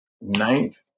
ninth